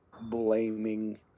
blaming